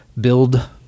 build